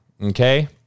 Okay